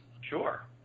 Sure